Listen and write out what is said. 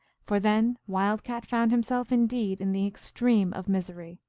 for then wild cat found himself indeed in the extreme of misery.